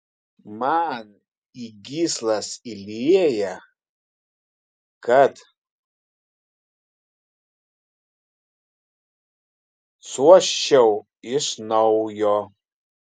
man į gyslas įlieja kad suoščiau iš naujo